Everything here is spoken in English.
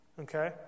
Okay